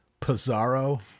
Pizarro